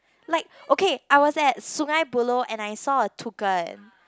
like okay I was at Sungei-Buloh and I saw a toucan